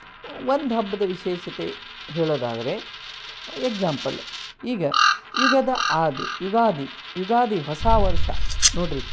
ಒಂದು ಹಬ್ದ ವಿಶೇಷತೆ ಹೇಳೋದಾದರೆ ಎಗ್ಜಾಂಪಲ್ ಈಗ ಯುಗದ ಆದಿ ಯುಗಾದಿ ಯುಗಾದಿ ಹೊಸಾ ವರ್ಷ ನೋಡ್ರಿ